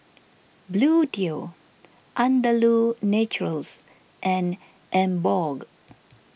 Bluedio Andalou Naturals and Emborg